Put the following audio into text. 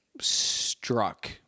struck